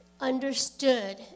understood